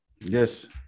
yes